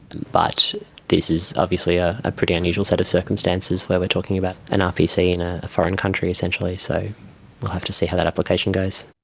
but this is obviously ah a pretty unusual set of circumstances where we are talking about an rpc in a foreign country essentially, so we'll have to see how that application goes.